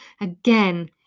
Again